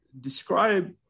Describe